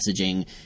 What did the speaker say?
messaging